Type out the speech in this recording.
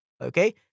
okay